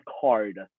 card